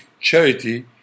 charity